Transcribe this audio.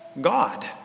God